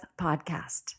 podcast